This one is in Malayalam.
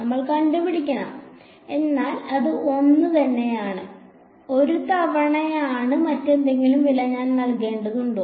നമ്മൾ കണ്ടുപിടിക്കണം എന്നാൽ അത് 1 തവണയാണ് മറ്റെന്തെങ്കിലും വില ഞാൻ നൽകേണ്ടതുണ്ടോ